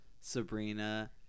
Sabrina